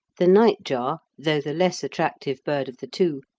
the nightjar, though the less attractive bird of the two,